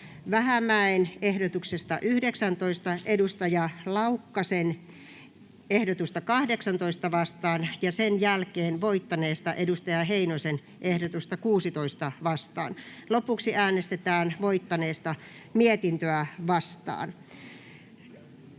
Vähämäen ehdotuksesta 19 Antero Laukkasen ehdotusta 18 vastaan ja sen jälkeen voittaneesta Timo Heinosen ehdotusta 16 vastaan. Lopuksi äänestetään voittaneesta mietintöä vastaan.